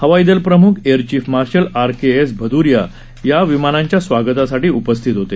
हवाई दल प्रमुख air chief marshal R K S Bhadauria या विमानांच्या स्वागतासाठी उपस्थित आहेत